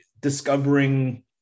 discovering